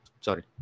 Sorry